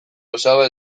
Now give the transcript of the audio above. osaba